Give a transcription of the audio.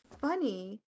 funny